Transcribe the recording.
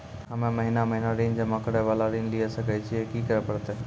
हम्मे महीना महीना ऋण जमा करे वाला ऋण लिये सकय छियै, की करे परतै?